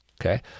okay